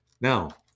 Now